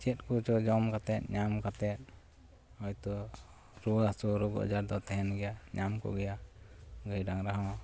ᱪᱮᱫ ᱠᱚᱪᱚ ᱡᱚᱢ ᱠᱟᱛᱮᱫ ᱧᱟᱢ ᱠᱟᱛᱮᱫ ᱦᱚᱭᱛᱚ ᱨᱩᱣᱟᱹᱼᱦᱟᱥᱩ ᱨᱳᱜᱽᱼᱟᱡᱟᱨ ᱫᱚ ᱛᱟᱦᱮᱱ ᱜᱮᱭᱟ ᱧᱟᱢᱠᱚ ᱜᱮᱭᱟ ᱜᱟᱹᱭ ᱰᱟᱝᱜᱽᱨᱟ ᱦᱚᱸ